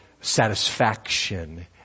satisfaction